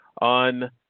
on